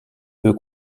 peu